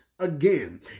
again